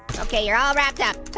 okay, you're all wrapped up.